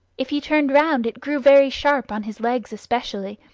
if he turned round, it grew very sharp on his legs especially,